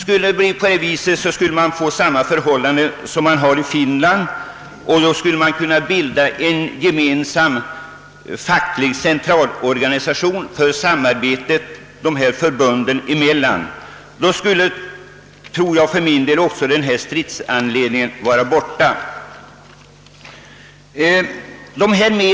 Om detta gjordes skulle vi få samma system här i Sverige som i Finland och kunna bilda en gemensam facklig centralorganisation för samarbetet dessa förbund emellan. Då skulle, tror jag, uppdelningen på olika förbund inte längre vara en stridsanledning.